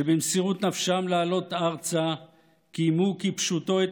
שבמסירות נפשם לעלות ארצה קיימו כפשוטו את